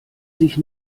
sich